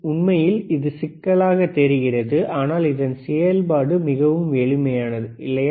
உண்மையில் இது சிக்கலானதாகத் தெரிகிறது ஆனால் இதன் செயல்பாடு மிகவும் எளிமையானது இல்லையா